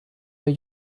der